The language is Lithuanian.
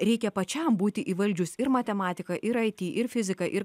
reikia pačiam būti įvaldžius ir matematiką ir it ir fiziką ir